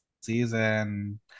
season